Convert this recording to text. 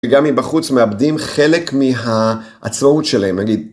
כי גם אם בחוץ מאבדים חלק מהעצמאות שלהם, נגיד,